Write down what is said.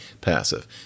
passive